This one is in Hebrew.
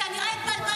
כנראה התבלבלת.